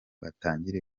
atangire